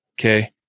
Okay